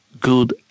good